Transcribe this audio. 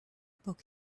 book